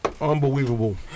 Unbelievable